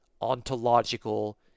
ontological